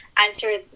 answer